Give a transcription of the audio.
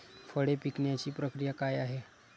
फळे पिकण्याची प्रक्रिया काय आहे?